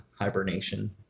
hibernation